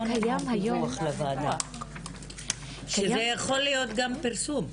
לא נדרש דיווח לוועדה וזה יכול להיות גם פרסום,